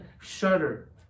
shudder